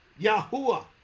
Yahuwah